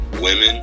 women